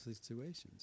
situations